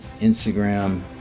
Instagram